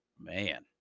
Man